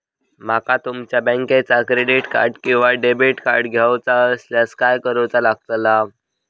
माका तुमच्या बँकेचा क्रेडिट कार्ड किंवा डेबिट कार्ड घेऊचा असल्यास काय करूचा लागताला?